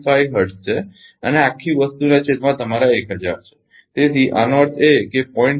5 hertz છે અને આખી વસ્તુ ના છેદમાં તમારા 1000 છે